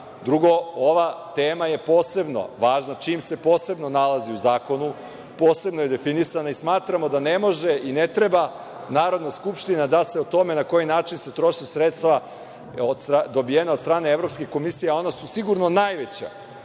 radu. Drugo, ova tema je posebno važna, čim se posebno nalazi u zakonu, posebno je definisana, i smatramo da ne može i ne treba Narodna skupština da se o tome na koji način se troše sredstva dobijena od strane Evropske komisije, a ona su sigurno najveća